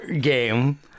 game